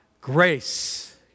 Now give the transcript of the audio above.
grace